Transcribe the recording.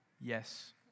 Yes